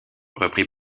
reprit